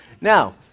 Now